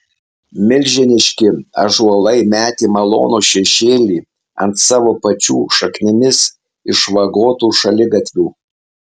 milžiniški ąžuolai metė malonų šešėlį ant savo pačių šaknimis išvagotų šaligatvių